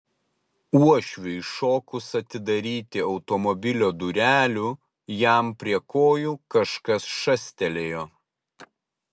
uošviui šokus atidaryti automobilio durelių jam prie kojų kažkas šastelėjo